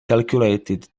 calculated